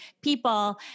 people